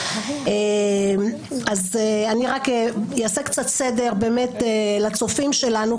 אני אעשה קצת סדר לצופים שלנו,